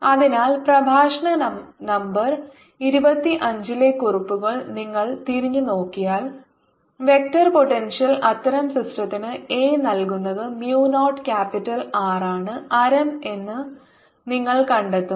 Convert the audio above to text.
അതിനാൽ പ്രഭാഷണ നമ്പർ 25 ലെ കുറിപ്പുകൾ നിങ്ങൾ തിരിഞ്ഞുനോക്കിയാൽ വെക്റ്റർ പോട്ടെൻഷ്യൽ അത്തരം സിസ്റ്റത്തിന് A നൽകുന്നത് mu നോട്ട് ക്യാപിറ്റൽ R ആണ് ആരം എന്ന് നിങ്ങൾ കണ്ടെത്തും